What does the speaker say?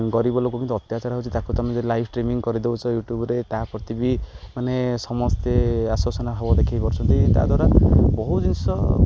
ଗରିବ ଲୋକ କେମିତି ଅତ୍ୟାଚାର ହେଉଛି ତାକୁ ତୁମେ ଯଦି ଲାଇଭ୍ ଷ୍ଟ୍ରିମିଙ୍ଗ କରିଦେଉଛ ୟୁଟ୍ୟବ୍ରେ ତା' ପ୍ରତି ବି ମାନେ ସମସ୍ତେ ଆଶ୍ୱାସନା ହବ ଦେଖେଇ ପାରୁଛନ୍ତି ତା' ଦ୍ୱାରା ବହୁତ ଜିନିଷ